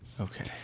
Okay